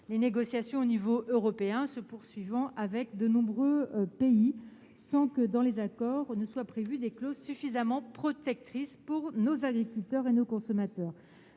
les négociations à l'échelon européen se poursuivant avec de nombreux pays, sans que ces accords prévoient des clauses suffisamment protectrices pour nos agriculteurs et nos consommateurs.